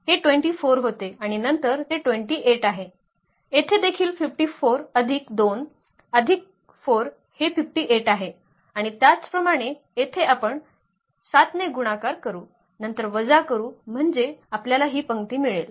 हे 24 होते आणि नंतर ते 28 आहे येथे देखील 54 अधिक 2 अधिक 4 हे 58 आहे आणि त्याच प्रमाणे येथे आपण 7 ने गुणाकार करू आणि नंतर वजा करू म्हणजे आपल्याला ही पंक्ती मिळेल